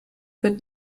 wird